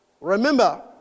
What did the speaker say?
Remember